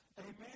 Amen